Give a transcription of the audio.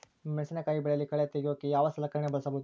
ಮೆಣಸಿನಕಾಯಿ ಬೆಳೆಯಲ್ಲಿ ಕಳೆ ತೆಗಿಯೋಕೆ ಯಾವ ಸಲಕರಣೆ ಬಳಸಬಹುದು?